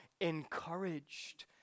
encouraged